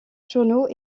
journaux